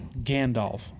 Gandalf